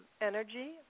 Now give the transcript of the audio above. energy